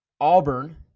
Auburn